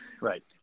Right